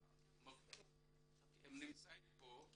חוקרות המ.מ.מ שנמצאות כאן: